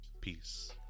Peace